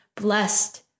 blessed